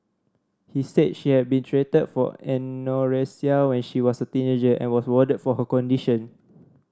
he said she had been treated for anorexia when she was a teenager and was warded for her condition